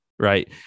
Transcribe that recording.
Right